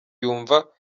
yumva